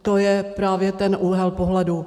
To je právě ten úhel pohledu.